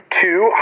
two